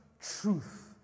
truth